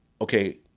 okay